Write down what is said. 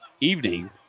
evening